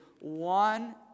one